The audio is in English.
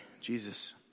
Jesus